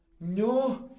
No